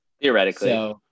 Theoretically